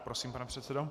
Prosím, pane předsedo.